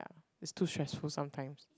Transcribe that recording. ya is too stressful sometimes